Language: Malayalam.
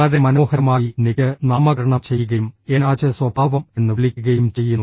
വളരെ മനോഹരമായി നിക്ക് നാമകരണം ചെയ്യുകയും എൻ ആച്ച് സ്വഭാവം എന്ന് വിളിക്കുകയും ചെയ്യുന്നു